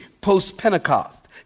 post-Pentecost